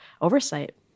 oversight